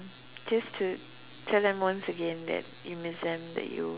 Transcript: just to tell them once again that you miss them that you